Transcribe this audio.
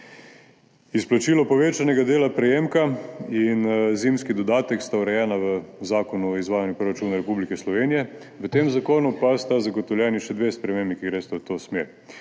Izplačilo povečanega dela prejemka in zimski dodatek sta urejena v Zakonu o izvajanju proračuna Republike Slovenije, v tem zakonu pa sta zagotovljeni še dve spremembi, ki gresta v to smer.